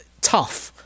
tough